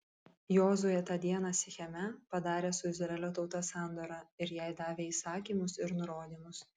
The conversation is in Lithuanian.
jozuė tą dieną sicheme padarė su izraelio tauta sandorą ir jai davė įsakymus ir nurodymus